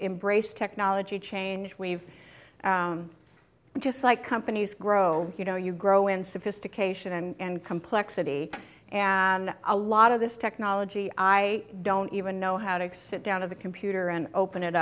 embraced technology change we've just like companies grow you know you grow in sophistication and complexity and a lot of this technology i don't even know how to sit down at the computer and open it